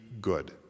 good